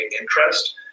interest